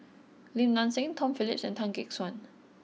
Lim Nang Seng Tom Phillips and Tan Gek Suan